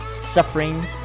suffering